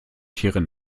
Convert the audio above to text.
tiere